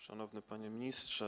Szanowny Panie Ministrze!